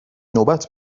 نوبت